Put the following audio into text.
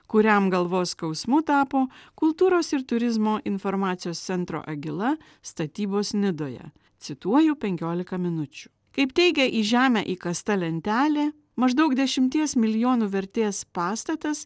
kuriam galvos skausmu tapo kultūros ir turizmo informacijos centro agila statybos nidoje cituoju penkiolika minučių kaip teigia į žemę įkasta lentelė maždaug dešimties milijonų vertės pastatas